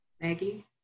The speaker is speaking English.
Maggie